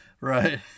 right